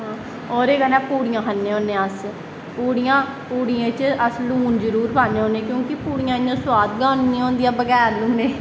ओह्दे कन्ने पूड़ियां खन्ने होन्ने अस पुड़ियां पूड़ियें च अस लून जरूर पान्ने होन्ने क्योंकि पूड़ियां इयां सुआद गै नी होंदियां बगैर लूनैं